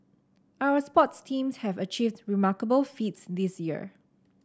our sports teams have achieved remarkable feats this year